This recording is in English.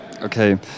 Okay